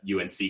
UNC